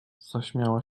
zaśmiała